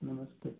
नमस्ते